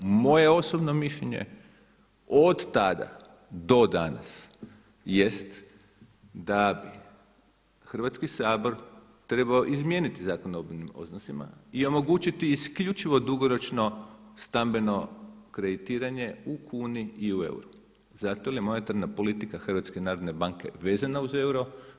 Moje osobno mišljenje od tada do danas jest da bi Hrvatski sabor trebao izmijeniti Zakon o obveznim odnosima i omogućiti isključivo dugoročno stambeno kreditiranje u kuni i u euru, zato je je monetarna politika HNB-a vezana uz euro.